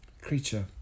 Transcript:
Creature